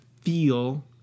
feel